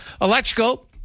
Electrical